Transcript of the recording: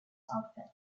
outfit